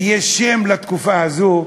יש שם לתקופה הזאת,